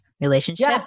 relationship